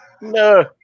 No